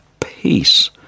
peace